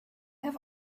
have